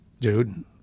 dude